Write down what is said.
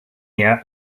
year